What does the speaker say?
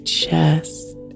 chest